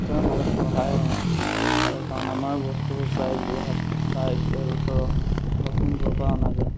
পৰা বহুত সহায় হয় আৰু কাৰণ আমাৰ বস্তুবোৰ প্ৰায় যোৰহাট বা এই চাইদে ওচৰৰ লখিমপুৰৰপৰা অনা যায়